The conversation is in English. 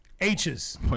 H's